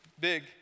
big